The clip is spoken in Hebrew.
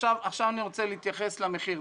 רוצה להתייחס למחיר.